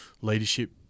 leadership